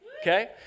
Okay